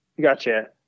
Gotcha